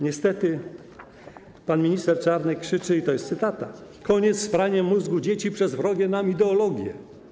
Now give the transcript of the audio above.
Niestety pan minister Czarnek krzyczy, i to jest cytata: Koniec z praniem mózgu dzieci przez wrogie nam ideologie.